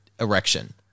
erection